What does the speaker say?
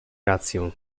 rację